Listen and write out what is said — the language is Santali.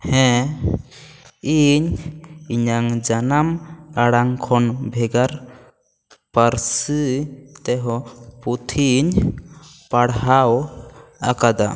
ᱦᱮᱸ ᱤᱧ ᱤᱧᱟᱹᱜ ᱡᱟᱱᱟᱢ ᱟᱲᱟᱝ ᱠᱷᱚᱱ ᱵᱷᱮᱜᱟᱨ ᱯᱟᱹᱨᱥᱤ ᱛᱮᱦᱚᱸ ᱯᱩᱛᱷᱤᱧ ᱯᱟᱲᱦᱟᱣ ᱟᱠᱟᱫᱟ